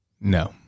No